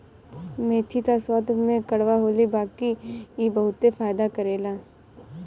मेथी त स्वाद में कड़वा होला बाकी इ बहुते फायदा करेला